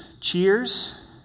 Cheers